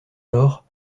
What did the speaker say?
lors